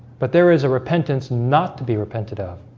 but there is a repentance not to be repented of